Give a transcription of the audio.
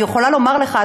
אני יכולה לומר לך,